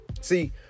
See